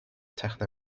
techno